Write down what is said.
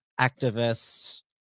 activists